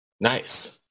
Nice